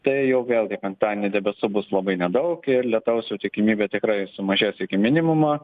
tai jau vėlgi penktadienį debesų bus labai nedaug ir lietaus jau tikimybė tikrai sumažės iki minimumo